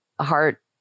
heart